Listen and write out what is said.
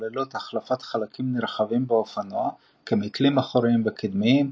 הכוללות החלפת חלקים נרחבים באופנוע כמתלים אחוריים וקדמיים,